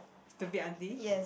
stupid auntie